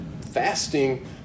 fasting